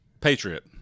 Patriot